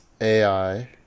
AI